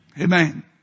Amen